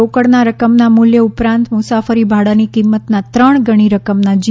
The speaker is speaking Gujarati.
રોકડના રકમના મુલ્ય ઉપરાંત મુસાફરી ભાડાની કિંમતના ત્રણ ગણી રકમના જી